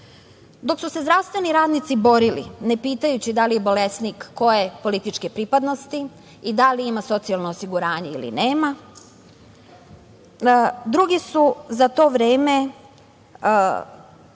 Dok su se zdravstveni radnici borili, ne pitajući da li je bolesnik koje političke pripadnosti i da li ima socijalno osiguranje ili nema, drugi su za to vreme